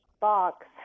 box